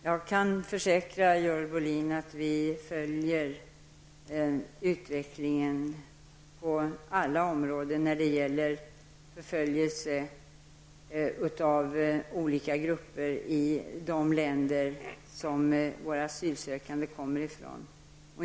Herr talman! Jag kan försäkra Görel Bohlin att vi följer utvecklingen på alla områden som rör förföljelse av olika grupper i de länder som våra asylsökande kommer från.